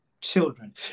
children